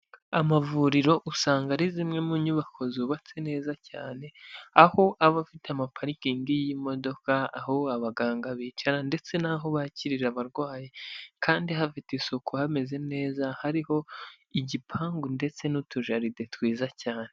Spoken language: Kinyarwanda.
Amavuriro usanga ari zimwe mu nyubako zubatse neza cyane, aho aba afite ama parikingi y'imodoka, aho abaganga bicara ndetse n'aho bakirira abarwayi, kandi hafite isuku hameze neza, hariho igipangu ndetse n'utujaride twiza cyane.